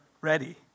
ready